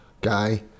guy